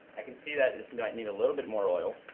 i can see that this might need a little bit more oil.